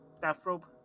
bathrobe